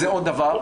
זה עוד דבר.